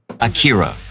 Akira